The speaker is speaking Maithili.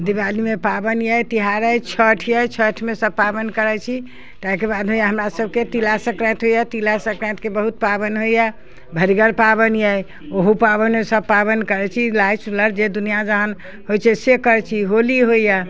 दीवालीमे पाबनि अइ तिहार अइ छैठ अइ छैठमे सब पाबनि करै छी तैके बाद होइए हमरा सबके तीला सन्क्रान्ति होइए तिला सन्क्रान्तिके बहुत पाबनि होइए भरिगर पाबनि यऽ ओहू पाबनिमे सब पाबनि करै छी लाइ चुरलाइ जे दुनिआँ जहान होइ छै से करै छी होली होइए